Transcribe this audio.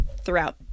throughout –